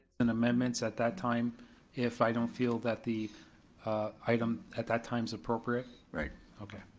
and amendments at that time if i don't feel that the item at that time's appropriate? right. okay.